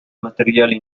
materiali